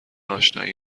اشنایی